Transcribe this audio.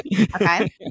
Okay